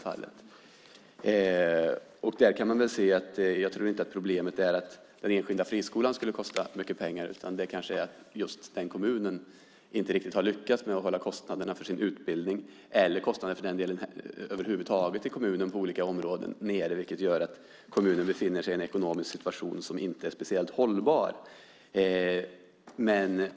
Jag tror inte att problemet är att den enskilda friskolan skulle kosta mycket pengar, utan det kanske är att just den kommunen inte riktigt har lyckats med att hålla kostnaderna för sin utbildning, eller kostnaderna över huvud taget i kommunen på olika områden, nere. Det gör att kommunen befinner sig i en ekonomisk situation som inte är speciellt hållbar.